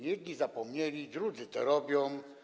Jedni zapomnieli, drudzy to robią.